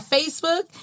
Facebook